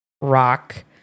rock –